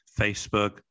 Facebook